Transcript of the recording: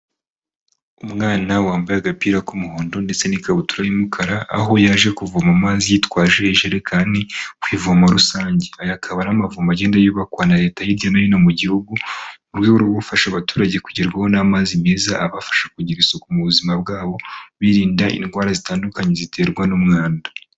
Umwana wambaye agapira k'umuhondo ndetse n'ikabutura y'umukara aho yaje kuvomamazi yitwaje ijerekani kwi'ivoma rusange akaba n'amavo agenda yubakwa na leta hirya no hino mu gihugu mu rwego rwo gufasha abaturage kugerwaho n'amazi meza abafasha kugira isuku mu buzima bwabo birinda indwara zitandukanye ziterwa n'umwanda.